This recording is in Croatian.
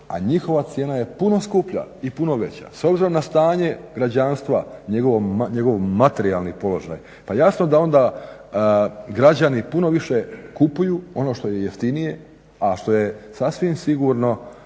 a njihova cijena je puno skuplja i puno veća. S obzirom na stanje građanstva, njegov materijalni položaj pa jasno da građani puno više kupuju ono što je jeftinije, a što je sasvim sigurno